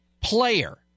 player